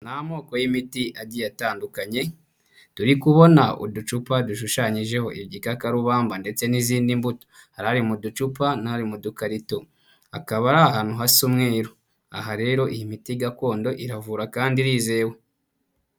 Ni amoko y'imiti agiye atandukanye, turi kubona uducupa dushushanyijeho igikakarubamba ndetse n'izindi mbuto, hari ari mu ducupa n'ari mu dukarito, akaba ari ahantu hasa umweru, aha rero iyi miti gakondo iravura kandi irizewe.